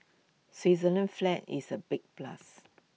Switzerland's flag is A big plus